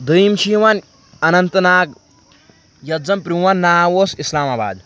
دٔیِم چھِ یِوان اننت ناگ یَتھ زن پرٛون ناو اوس اسلام آباد